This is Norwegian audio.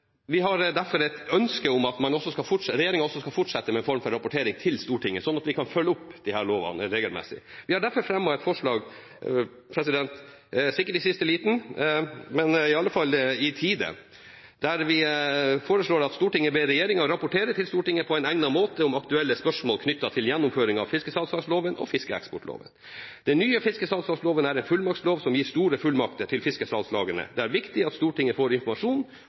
Vi har derfor et ønske om at regjeringen skal fortsette med en form for rapportering til Stortinget, slik at vi kan følge opp disse lovene regelmessig. Vi har derfor fremmet et forslag – sikkert i siste liten, men i alle fall i tide – der vi foreslår følgende: «Stortinget ber regjeringen rapportere til Stortinget på egnet måte om aktuelle spørsmål knyttet til gjennomføring av fiskesalgslagsloven og fiskeeksportloven. Den nye fiskesalgslagsloven er en fullmaktslov som gir store fullmakter til fiskesalgslagene. Det er viktig at Stortinget får informasjon